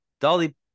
Dolly